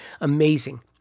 Amazing